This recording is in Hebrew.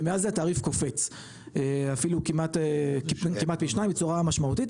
ומעל זה התעריף קופץ אפילו כמעט פי שניים בצורה משמעותית,